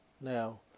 now